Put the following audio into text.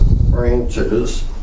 branches